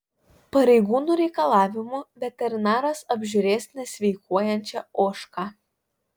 pareigūnų reikalavimu veterinaras apžiūrės nesveikuojančią ožką